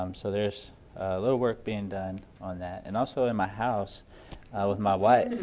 um so there's a little work being done on that. and also in my house with my wife.